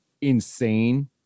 insane